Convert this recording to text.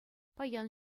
паян